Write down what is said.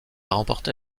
remporté